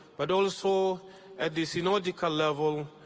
but also at the synodical level,